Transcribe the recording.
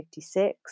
56